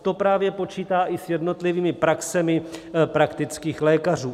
To právě počítá i s jednotlivými praxemi praktických lékařů.